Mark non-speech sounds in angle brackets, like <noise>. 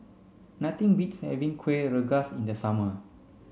nothing beats having Kueh <unintelligible> Rengas in the summer